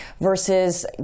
versus